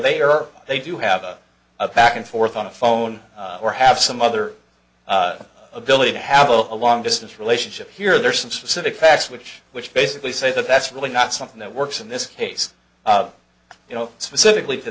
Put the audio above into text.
they are they do have a back and forth on the phone or have some other ability to have a long distance relationship here there are some specific facts which which basically say that that's really not something that works in this case you know specifically